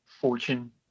fortune